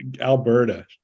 Alberta